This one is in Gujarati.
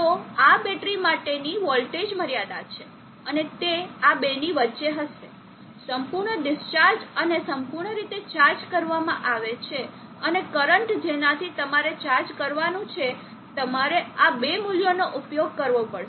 તો આ બેટરી માટેની વોલ્ટેજ મર્યાદા છે અને તે આ બેની વચ્ચે હશે સંપૂર્ણ ડિસ્ચાર્જ અને સંપૂર્ણ રીતે ચાર્જ કરવામાં આવે છે અને કરંટ જેનાથી તમારે ચાર્જ કરવાનું છે તમારે આ બે મૂલ્યોનો ઉપયોગ કરવો પડશે